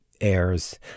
airs